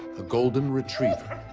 a golden retriever.